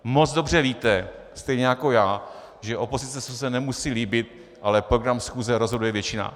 Moc dobře víte stejně jako já, že opozici se to nemusí líbit, ale o programu schůze rozhoduje většina.